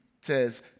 says